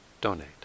donate